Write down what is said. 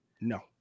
no